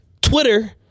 Twitter